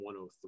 103